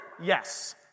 Yes